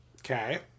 Okay